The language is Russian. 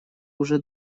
уже